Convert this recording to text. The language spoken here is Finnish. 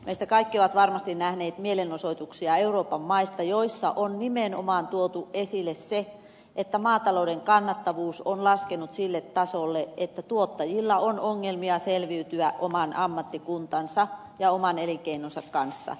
meistä kaikki ovat varmasti nähneet mielenosoituksia euroopan maista joissa on nimenomaan tuotu esille se että maatalouden kannattavuus on laskenut sille tasolle että tuottajilla on ongelmia selviytyä oman ammattikuntansa ja oman elinkeinonsa kanssa